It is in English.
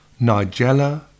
Nigella